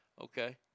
Okay